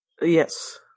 Yes